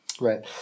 Right